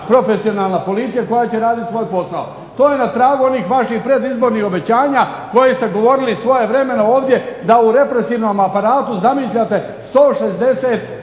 profesionalna policija koja će raditi svoj posao. To je na tragu onih vaših predizbornih obećanja koje ste govorili svojevremeno ovdje da u represivnom aparatu zamišljate 160